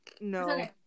No